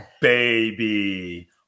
Baby